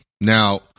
Now